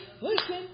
listen